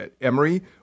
Emory